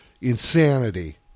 insanity